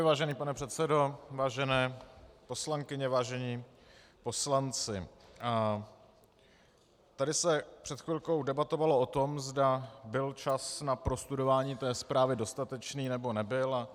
Vážený pane předsedo, vážené poslankyně, vážení poslanci, tady se před chvilkou debatovalo o tom, zda byl čas na prostudování té zprávy dostatečný, nebo nebyl.